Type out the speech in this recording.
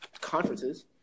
conferences